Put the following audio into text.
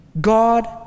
God